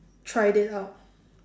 tried it out